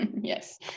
Yes